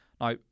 Now